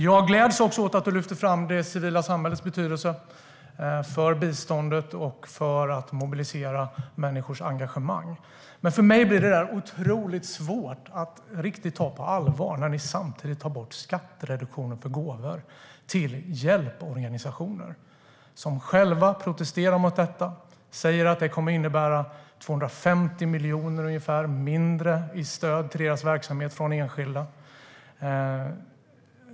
Jag gläds också åt att du lyfter fram det civila samhällets betydelse för biståndet och för att mobilisera människors engagemang. Men för mig blir detta otroligt svårt att riktigt ta på allvar när ni samtidigt tar bort skattereduktionen för gåvor till hjälporganisationer. De har protesterat mot detta och sagt att det kommer att innebära ungefär 250 miljoner mindre i stöd till deras verksamhet från enskilda.